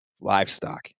livestock